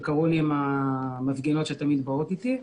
שקרו לי עם המפגינות שתמיד באות אתי.